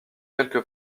quelque